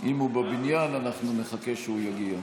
אם הוא בבניין, אנחנו נחכה שהוא יגיע.